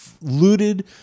looted